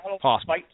possible